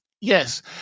yes